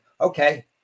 okay